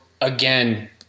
again